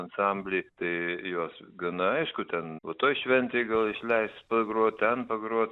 ansambliai tai juos gana aišku ten toj šventėj gal išleis pagrot ten pagrot